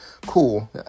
cool